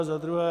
A za druhé.